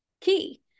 key